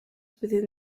within